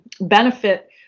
benefit